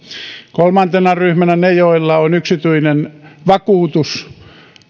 kolmantena ryhmänä ne joilla on yksityinen vakuutus